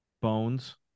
Bones